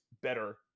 better